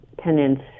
tenants